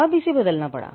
अब इसे बदलना पड़ा